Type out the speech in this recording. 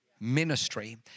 Ministry